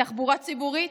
תחבורה ציבורית,